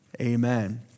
Amen